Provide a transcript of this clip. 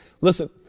listen